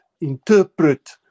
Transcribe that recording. interpret